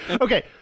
Okay